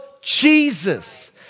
Jesus